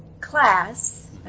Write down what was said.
class